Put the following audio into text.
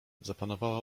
zapanowała